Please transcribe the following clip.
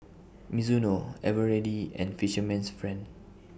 Mizuno Eveready and Fisherman's Friend